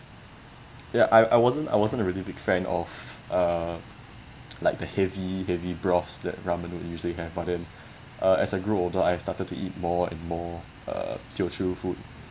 ya I I wasn't I wasn't a really big fan of uh like the heavy heavy broths that ramen would usually have but then uh as I grew older I started to eat more and more teochew food